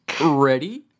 Ready